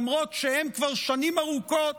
למרות שהם כבר שנים ארוכות,